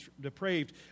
depraved